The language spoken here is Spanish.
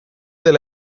del